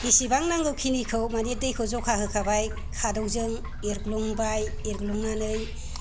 बेसेबां नांगौखिनिखौ माने दैखौ जखा होखाबाय खादौजों एरग्लुंबाय एरग्लुंनानै